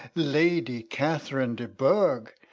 lady catherine de bourg.